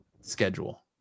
schedule